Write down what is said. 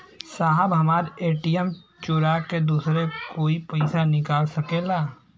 साहब हमार ए.टी.एम चूरा के दूसर कोई पैसा निकाल सकेला?